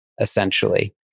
essentially